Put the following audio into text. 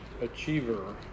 Achiever